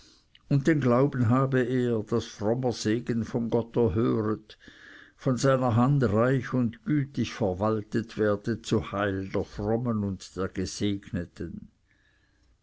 und den glauben habe er daß frommer segen von gott erhöret von seiner hand reich und gütig verwaltet werde zu heil und frommen der gesegneten